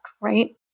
right